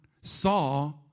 saw